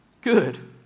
Good